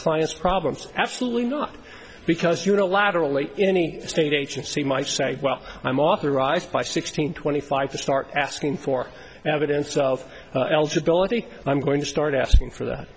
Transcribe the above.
clients problems absolutely not because unilaterally in any state agency might say well i'm authorized by sixteen twenty five to start asking for evidence of eligibility i'm going to start asking for th